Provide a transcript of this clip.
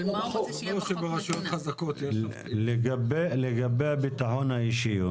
הוא מדבר לגבי הביטחון האישי.